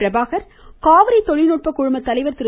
பிரபாகர் காவிரி தொழில்நுட்ப குழும தலைவர் திரு